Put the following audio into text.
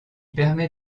permet